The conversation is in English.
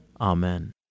Amen